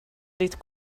ditt